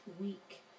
week